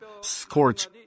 scorch